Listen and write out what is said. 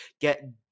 get